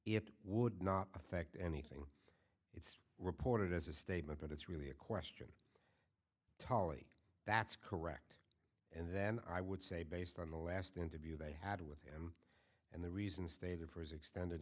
it would not affect anything it's reported as a statement but it's really a question tali that's correct and then i would say based on the last interview they had with him and the reason stated for his extended